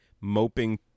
moping